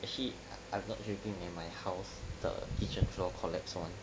actually I'm I'm not joking in my house 的 kitchen floor collapsed once